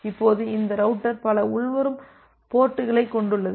இப்போது இந்த ரௌட்டர் பல உள்வரும் போர்ட்களைக் கொண்டுள்ளது